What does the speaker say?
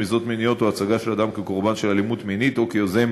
רמיזות מיניות או הצגה של אדם כקורבן של אלימות מינית או כיוזם